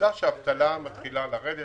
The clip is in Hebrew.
עובדה שהאבטלה מתחילה לרדת.